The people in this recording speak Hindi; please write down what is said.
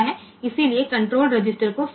इसलिए कण्ट्रोल रजिस्टर को साफ़ करें